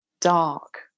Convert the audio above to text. dark